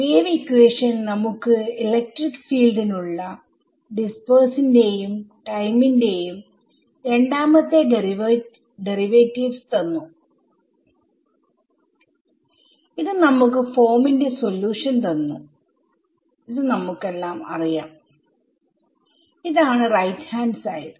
wave equation നമുക്ക് electric ഫീൽഡിനുള്ള സ്പേസിന്റെയും ടൈമിന്റെയും രണ്ടാമത്തെ ഡെറിവേറ്റീവ്സ് തന്നു ഇത് നമുക്ക് ഫോമിന്റെ സൊല്യൂഷൻ തന്നു ഇത് നമുക്കെല്ലാം അറിയാം RHS ആണ്